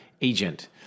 agent